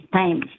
time